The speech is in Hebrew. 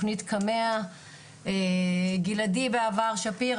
והצענו תכנית שהיא בעיניי בין מי שנמצא בתקן קביעות,